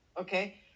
okay